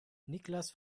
niklas